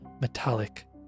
metallic